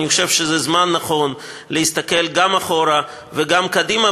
אני חושב שזה זמן נכון להסתכל גם אחורה וגם קדימה,